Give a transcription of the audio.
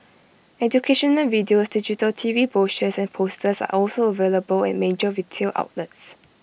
educational videos digital T V brochures and posters are also available at major retail outlets